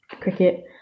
cricket